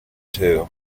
two